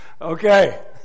Okay